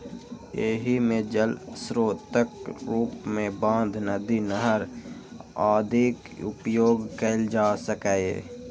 एहि मे जल स्रोतक रूप मे बांध, नदी, नहर आदिक उपयोग कैल जा सकैए